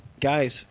Guys